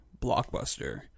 blockbuster